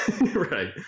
Right